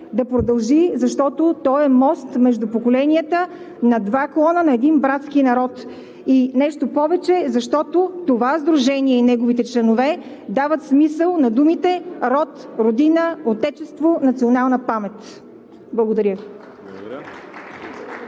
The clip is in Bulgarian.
да продължи, защото то е мост между поколенията на два клона на един братски народ. И нещо повече! Защото това сдружение и неговите членове дават смисъл на думите „Род-Родина-Отечество-Национална памет“! Благодаря.